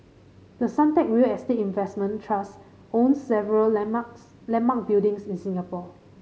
the Suntec real estate investment trust owns several landmarks landmark buildings in Singapore